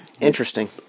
Interesting